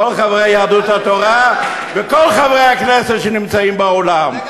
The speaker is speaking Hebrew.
כל חברי יהדות התורה וכל חברי הכנסת שנמצאים באולם.